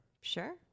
Sure